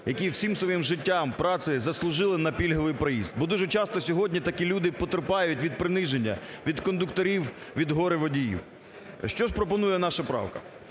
які всім своїм життям, працею заслужили на пільговий проїзд. Бо дуже часто сьогодні такі люди потерпають від приниження, від кондукторів, від горе-водіїв. Що ж пропонує наша правка.